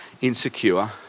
insecure